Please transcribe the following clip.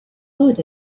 good